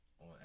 on